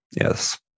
Yes